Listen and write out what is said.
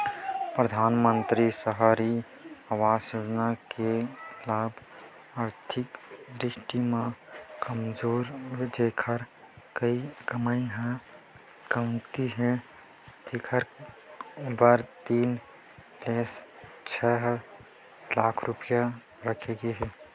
परधानमंतरी सहरी आवास योजना के लाभ आरथिक दृस्टि म कमजोर जेखर कमई ह कमती हे तेखर बर तीन ले छै लाख रूपिया राखे गे हे